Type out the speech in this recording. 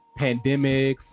pandemics